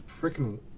freaking